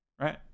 right